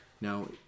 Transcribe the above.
Now